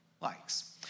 likes